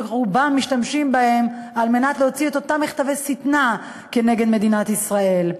שרובם משתמשים בה כדי להוציא את אותם מכתבי שטנה כנגד מדינת ישראל,